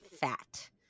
fat